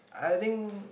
I think